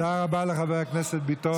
תודה רבה לחבר הכנסת ביטון.